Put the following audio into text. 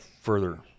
further